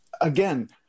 again